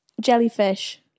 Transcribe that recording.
Jellyfish